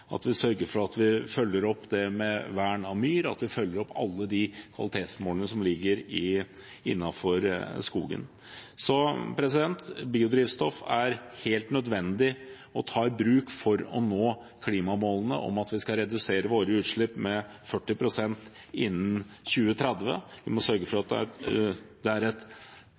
at vi sørger for at vi følger opp vern av myr, at vi følger opp alle de kvalitetsmålene som ligger innenfor skogen. Biodrivstoff er helt nødvendig å ta i bruk for å nå klimamålene om at vi skal redusere våre utslipp med 40 pst. innen 2030. Vi må sørge for at det er